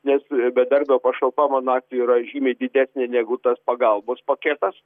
nes bedarbio pašalpa mano atveju yra žymiai didesnė negu tas pagalbos paketas